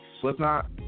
Slipknot